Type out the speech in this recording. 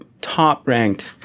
top-ranked